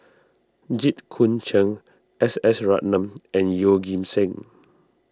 Jit Koon Cheng S S Ratnam and Yeoh Ghim Seng